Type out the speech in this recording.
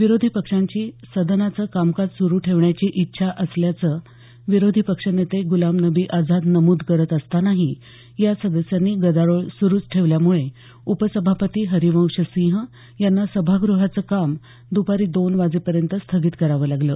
विरोधी पक्षांची सदनाचं कामकाज सुरू ठेवण्याची इच्छा असल्याचं विरोधी पक्ष नेते गुलाम नबी आझाद नमुद करत असतानाही या सदस्यांनी गदारोळ सुरूच ठेवल्यामुळे उपसभापती हरिवंश सिंह यांना सभागृहाचं काम द्पारी दोन वाजेपर्यंत स्थगित करावं लागलं